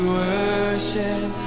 worship